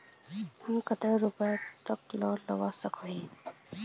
हम कते रुपया तक लोन ला सके हिये?